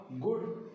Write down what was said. good